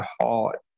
hard